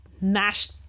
mashed